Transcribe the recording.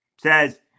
Says